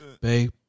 Babe